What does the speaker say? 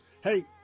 Hey